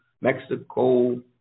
mexico